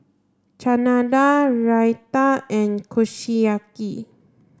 Chana Dal Raita and Kushiyaki